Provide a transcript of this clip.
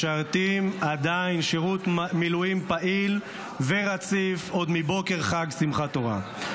-- משרתים עדיין שירות מילואים פעיל ורציף עוד מבוקר חג שמחת תורה.